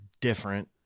different